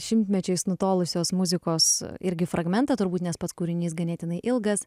šimtmečiais nutolusios muzikos irgi fragmentą turbūt nes pats kūrinys ganėtinai ilgas